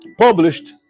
published